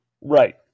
right